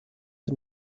the